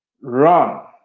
Run